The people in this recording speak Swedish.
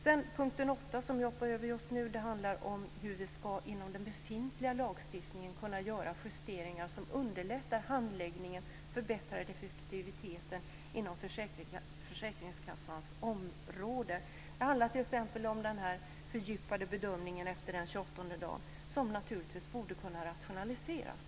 Den åttonde punkten handlar om hur vi inom den befintliga lagstiftningen ska kunna göra justeringar som underlättar handläggningen och förbättrar effektiviteten inom försäkringskassans område. Det handlar t.ex. om den fördjupade bedömningen efter den 28:e dagen, som naturligtvis borde kunna rationaliseras.